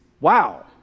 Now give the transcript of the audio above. Wow